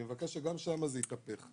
אני מבקש שגם שם זה יתהפך.